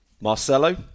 Marcelo